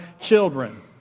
children